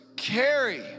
carry